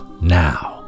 now